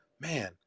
man